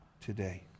today